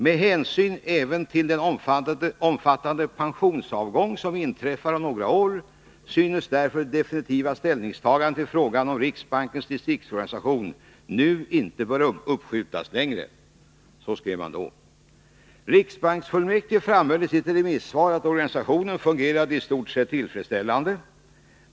Med hänsyn även till den omfattande pensionsavgång som inträffar om några år synes därför det definitiva ställningstagandet till frågan om riksbankens distriktsorganisation nu inte böra uppskjutas längre.” Riksbanksfullmäktige framhöll i sitt remissvar att organisationen fungerade i stort sett tillfredsställande.